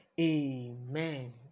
Amen